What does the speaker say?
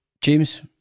James